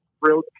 real